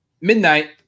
midnight